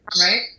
right